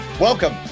Welcome